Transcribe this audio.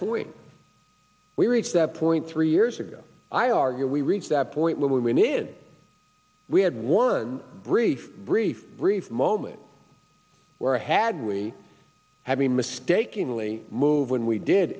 point we reach that point three years ago i argue we reached that point when we needed we had one brief brief brief moment where i had we having mistakingly move when we did